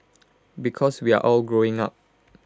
because we're all growing up